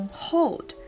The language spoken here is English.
hold